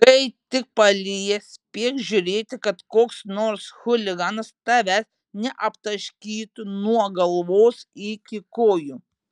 kai tik palyja spėk žiūrėti kad koks nors chuliganas tavęs neaptaškytų nuo galvos iki kojų